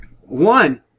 One